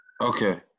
Okay